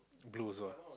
blue also ah